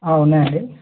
ఉన్నాయంండి